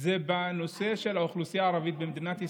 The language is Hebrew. היא בנושא של האוכלוסייה הערבית במדינת ישראל.